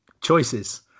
Choices